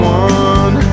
one